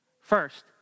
First